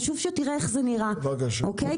חשוב שתראה איך זה נראה אוקי?